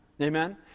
Amen